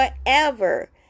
forever